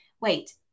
wait